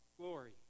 glory